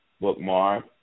bookmark